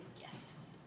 gifts